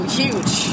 huge